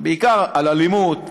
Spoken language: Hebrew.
בעיקר על אלימות,